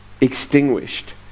extinguished